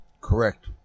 Correct